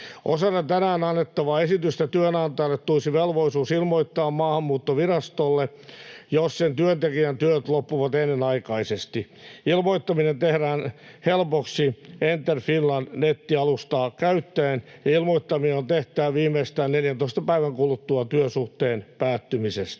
Osana tänään annettavaa esitystä työnantajalle tulisi velvollisuus ilmoittaa Maahanmuuttovirastolle, jos sen työntekijän työt loppuvat ennenaikaisesti. Ilmoittaminen tehdään helpoksi Enter Finland ‑nettialustaa käyttäen, ja ilmoittaminen on tehtävä viimeistään 14 päivän kuluttua työsuhteen päättymisestä.